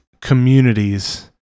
communities